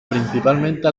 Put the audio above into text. principalmente